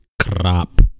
crap